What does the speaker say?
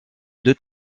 deux